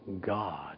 God